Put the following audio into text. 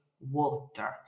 water